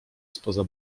spoza